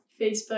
facebook